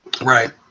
right